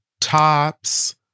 tops